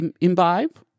imbibe